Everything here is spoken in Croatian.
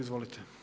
Izvolite.